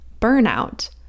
burnout